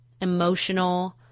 emotional